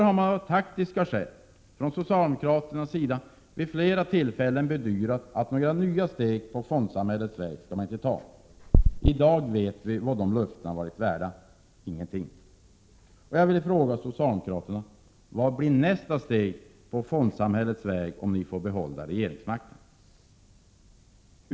Av taktiska skäl har socialdemokraterna därför vid flera tillfällen bedyrat att några nya steg på fondsamhällets väg inte skall tas. I dag vet vi vad dessa löften är värda — ingenting!